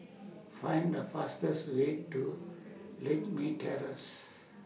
Find The fastest Way to Lakme Terrace